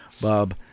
Bob